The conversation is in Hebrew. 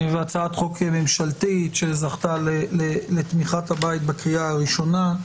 הצעת חוק ממשלתית שזכתה לתמיכת הבית בקריאה ראשונה.